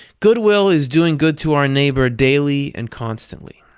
goodwill is doing good to our neighbor daily and constantly,